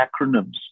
acronyms